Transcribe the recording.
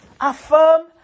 Affirm